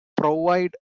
provide